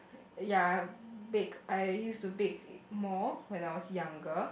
ya bake I used to bake more when I was younger